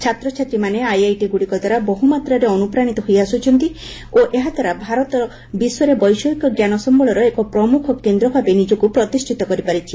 ଛାତ୍ରଛାତ୍ରୀମାନେ ଆଇଆଇଟି ଗୁଡ଼ିକ ଦ୍ୱାରା ବହୁମାତ୍ରାରେ ଅନୁପ୍ରାଣିତ ହୋଇଆସୁଛନ୍ତି ଓ ଏହାଦ୍ୱାରା ଭାରତ ବିଶ୍ୱରେ ବୈଷୟିକ ଜ୍ଞାନ ସମ୍ଭଳର ଏକ ପ୍ରମୁଖ କେନ୍ଦ୍ରଭାବେ ନିଜକୁ ପ୍ରତିଷ୍ଠିତ କରିପାରିଛି